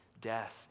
death